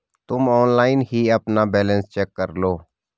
तुम ऑनलाइन ही अपना बैलन्स चेक करलो